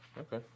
okay